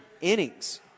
innings